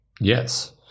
Yes